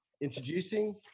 Introducing